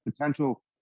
potential